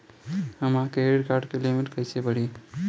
हमार credit card के limit कइसे बढ़ी?